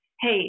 hey